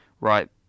right